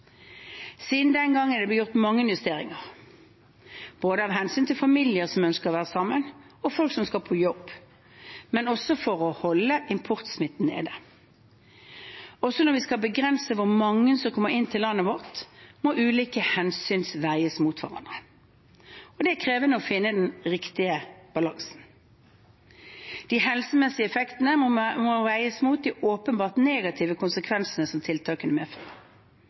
Siden den gang er det blitt gjort mange justeringer, både av hensyn til familier som ønsker å være sammen, og folk som skal på jobb, men også for å holde importsmitten nede. Også når vi skal begrense hvor mange som kommer inn til landet vårt, må ulike hensyn veies mot hverandre. Det er krevende å finne den riktige balansen. De helsemessige effektene må veies mot de åpenbart negative konsekvensene som tiltakene